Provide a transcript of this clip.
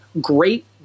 great